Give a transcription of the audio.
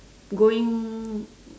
going